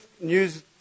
news